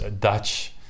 Dutch